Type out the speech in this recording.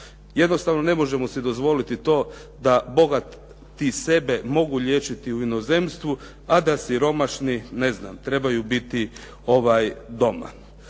Jednostavno si ne možemo dozvoliti to da bogati sebe mogu liječiti u inozemstvu, a da siromašni ne znam trebaju biti doma.